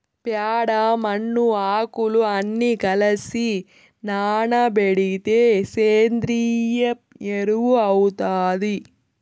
ప్యాడ, మన్ను, ఆకులు అన్ని కలసి నానబెడితే సేంద్రియ ఎరువు అవుతాది